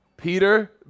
Peter